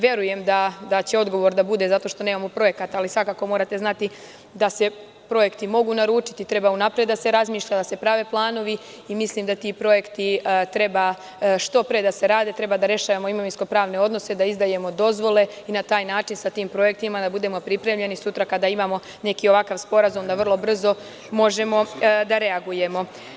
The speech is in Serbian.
Verujem da će odgovor da bude zato što nemamo projekat, ali svakako morate znati da se projekti mogu naručiti, treba unapred da se razmišlja, da se prave planovi i mislim da ti projekti treba što pre da se rade i da rešavamo imovinsko-pravne odnose, da izdajemo dozvole i na taj način sa tim projektima da budemo pripremljeni sutra kada imamo neki ovakav sporazum, da vrlo brzo možemo da reagujemo.